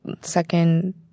second